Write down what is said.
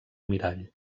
mirall